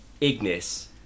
Ignis